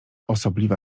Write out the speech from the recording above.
osobliwa